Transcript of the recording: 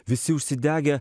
visi užsidegę